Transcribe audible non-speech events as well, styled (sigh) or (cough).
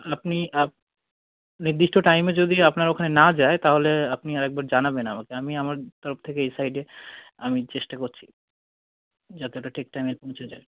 আপনি (unintelligible) নির্দিষ্ট টাইমে যদি আপনার ওখানে না যায় তাহলে আপনি আর একবার জানাবেন আমাকে আমি আমার তরফ থেকে এই সাইডে আমি চেষ্টা করছি যাতে ওটা ঠিক টাইমে পৌঁছে যায়